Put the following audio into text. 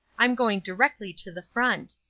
i'm going directly to the front.